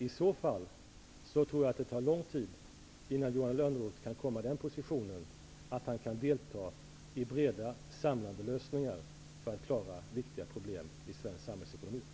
I så fall tror jag att det tar lång tid innan Johan Lönnroth kan komma i den positionen att han kan delta i breda, samlande lösningar för att klara viktiga problem i svensk samhällsekonomi.